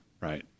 right